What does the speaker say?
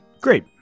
great